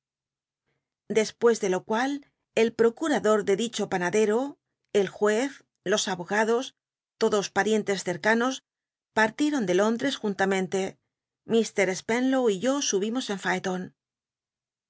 dcspucs de lo cual el procurador de tlicho panadero el juez los abogados todos pal'icn tcs cercanos partieron ele lóndtcs junl tmcntc ir spenlow y yo subimos en